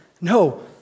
no